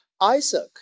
Isaac